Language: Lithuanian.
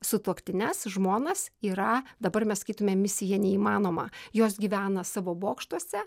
sutuoktines žmonas yra dabar mes sakytume misija neįmanoma jos gyvena savo bokštuose